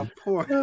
poor